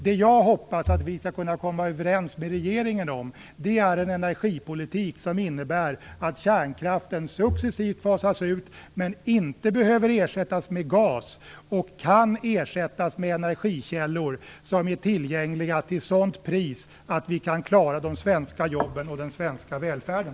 Det jag hoppas att vi skall kunna komma överens med regeringen om är en energipolitik som innebär att kärnkraften successivt fasas ut, men inte behöver ersättas med gas utan kan ersättas med energikällor som är tillgängliga till sådant pris att vi kan klara de svenska jobben och den svenska välfärden.